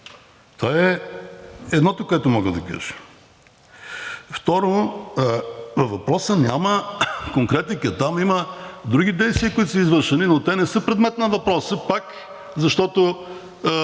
това е едното, което мога да кажа. Второ, във въпроса няма конкретика и там има други действия, които са извършени, но те не са предмет на въпроса пак, защото